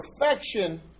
perfection